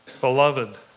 beloved